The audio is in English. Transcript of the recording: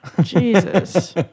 jesus